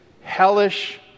hellish